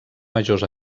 majors